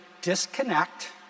disconnect